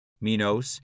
Minos